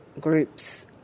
groups